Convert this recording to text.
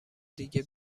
دیگه